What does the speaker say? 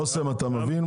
אסם אתה מביא?